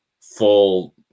full